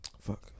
Fuck